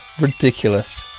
Ridiculous